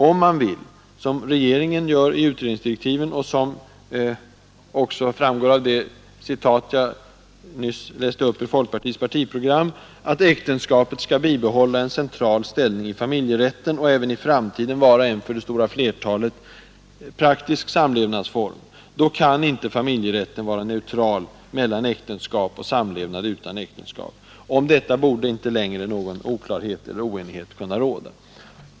Om man vill — som i regeringens direktiv till utredningen och i det citat jag n läste upp ur folkpartiets partiprogram att äktenskapet skall bibehålla en central ställning i familjerätten och även i framtiden vara en för det stora flertalet praktisk samlevnadsform, kan inte familjerätten vara neutral mellan äktenskap och samlevnad utan äktenskap. Om detta borde inte längre någon oklarhet eller oenighet råda.